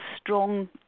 strong